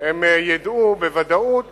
הם ידעו בוודאות